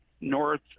north